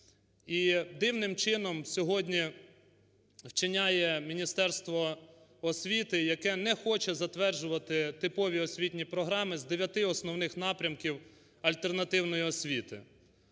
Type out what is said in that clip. дивним чином сьогодні вчиняє Міністерство освіти, яке не хоче затверджувати типові освітні програми з дев'яти основних напрямків альтернативної освіти.